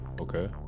Okay